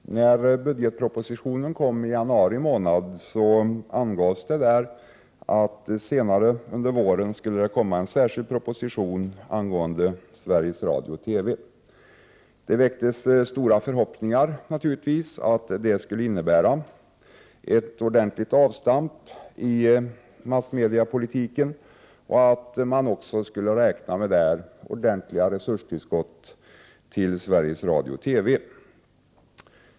Herr talman! När budgetpropositionen lades fram i januari månad framkom det att det senare under våren skulle komma en särskild proposition angående Sveriges Radio och TV. Naturligtvis väcktes stora förhoppningar om att det skulle innebära ett ordentligt avstamp i massmediepolitiken och ett ordentligt resurstillskott till Sveriges Radio och TV.